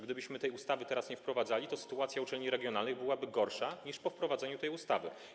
Gdybyśmy tej ustawy teraz nie wprowadzali, to sytuacja uczelni regionalnych byłaby gorsza niż po wprowadzeniu tej ustawy.